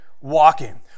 walking